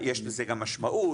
יש לזה גם משמעות,